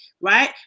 right